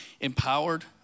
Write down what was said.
empowered